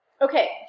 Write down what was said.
Okay